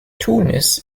tunis